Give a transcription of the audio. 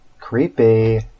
Creepy